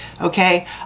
okay